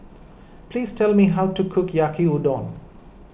please tell me how to cook Yaki Udon